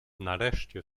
nareszcie